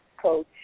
Coach